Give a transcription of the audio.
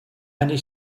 many